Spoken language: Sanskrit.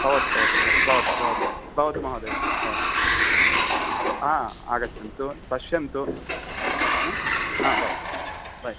भवतु भवतु भव भवतु भवतु भवतु महोदय भवतु आ आगच्छन्तु पश्यन्तु हा भव भव बै